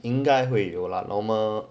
应该会有了 normal